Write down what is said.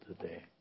today